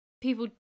People